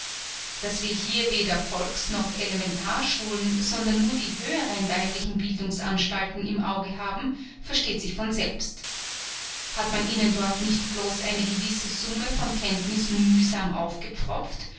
daß wir hier weder volks noch elementarschulen sondern nur die höheren weiblichen bildungsanstalten im auge haben versteht sich von selbst hat man ihnen dort nicht bloß eine gewisse summe von kenntnissen mühsam aufgepfropft